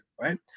right